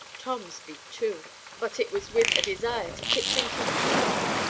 tom's beat too but it was with a desire to pitch into the policemen,